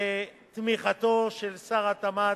בתמיכתו של שר התמ"ת,